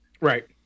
Right